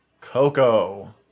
Coco